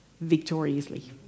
victoriously